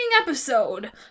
episode